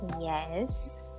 Yes